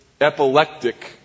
epileptic